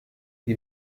die